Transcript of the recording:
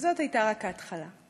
וזאת הייתה רק ההתחלה,